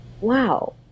wow